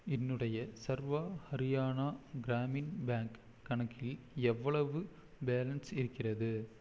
என்னுடைய சர்வ ஹரியானா கிராமின் பேங்க் கணக்கில் எவ்வளவு பேலன்ஸ் இருக்கிறது